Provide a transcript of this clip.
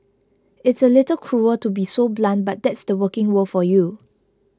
it's a little cruel to be so blunt but that's the working world for you